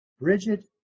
Bridget